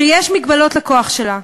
שיש מגבלות לכוח שלה,